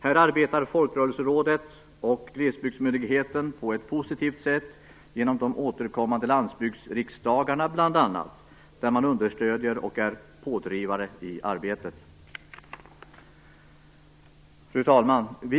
Här arbetar Folkrörelserådet och glesbygdsmyndigheten på ett positivt sätt, bl.a. genom de återkommande landsbygdsriksdagarna, där man understöder och är pådrivare i arbetet. Fru talman!